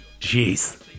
Jeez